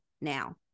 now